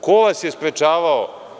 Ko vas je sprečavao?